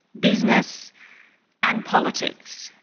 business and politics.